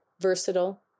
versatile